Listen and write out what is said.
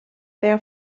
their